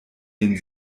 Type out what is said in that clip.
den